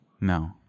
No